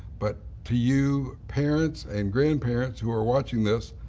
but to you, parents and grandparents who are watching this,